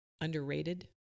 underrated